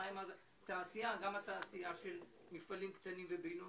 מה עם התעשייה של מפעלים קטנים ובינוניים.